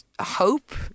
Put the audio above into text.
hope